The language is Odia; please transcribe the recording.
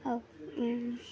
ଆଉ